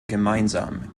gemeinsam